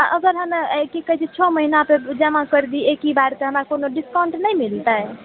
आ अगर हमे कि कहै छै छओ महीना पे जमा कर दी एकहि बार तऽ हमरा कोनो डिस्काउंट नहि मिलतै